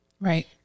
Right